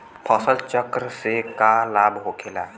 फसल चक्र से का लाभ होखेला?